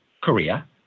Korea